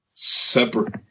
Separate